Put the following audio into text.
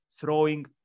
throwing